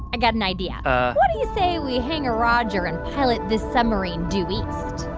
i got an idea. what do you say we hang a roger and pilot this submarine due east?